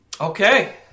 Okay